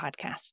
podcast